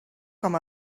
com